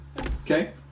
Okay